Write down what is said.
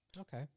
okay